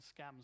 scams